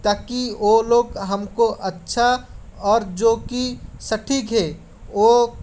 ताकि वो लोग हमको अच्छा और जो कि सटीक है वो